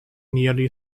nearly